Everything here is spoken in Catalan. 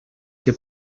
que